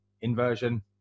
inversion